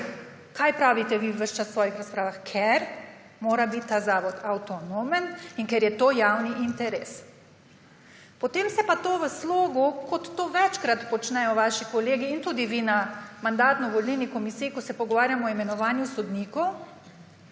kaj pravite vi ves čas v svojih razpravah − ker mora biti ta zakon avtonomen in ker je to javni interes. Potem se pa to v slogu, kot to večkrat počnejo vaši kolegi in tudi vi na Mandatno-volilni komisiji, ko se pogovarjamo o imenovanju sodnikov,